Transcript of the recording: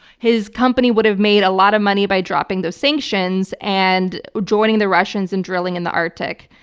his company would have made a lot of money by dropping those sanctions and joining the russians in drilling in the arctic.